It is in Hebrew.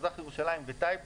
מזרח ירושלים וטייבה.